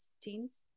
teens